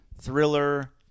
thriller